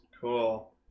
cool